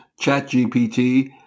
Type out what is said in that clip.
ChatGPT